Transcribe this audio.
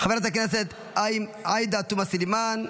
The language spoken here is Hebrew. חברת הכנסת עאידה תומא סלימאן,